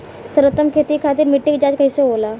सर्वोत्तम खेती खातिर मिट्टी के जाँच कइसे होला?